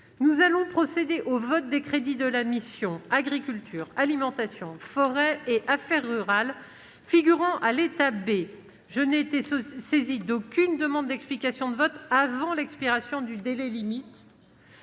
Nous allons procéder au vote des crédits de la mission « Agriculture, alimentation, forêt et affaires rurales », figurant à l'état B. Je n'ai été saisie d'aucune demande d'explication de vote avant l'expiration du délai limite.